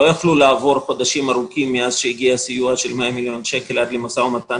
לא יכלו לעבור חודשים ארוכים מאז שהגיע הסיוע של 100 מיליון עד המשא ומתן